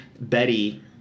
Betty